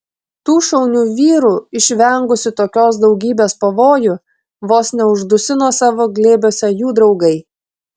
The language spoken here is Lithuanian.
tų šaunių vyrų išvengusių tokios daugybės pavojų vos neuždusino savo glėbiuose jų draugai